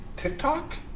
TikTok